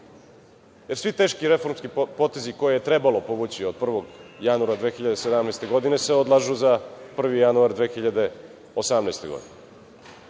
jer svi teški reformski potezi koje je trebalo povući od prvog 1. januara 2017. godine se odlažu za 1. januar 2018. godine,